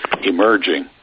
emerging